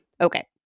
Okay